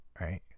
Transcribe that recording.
right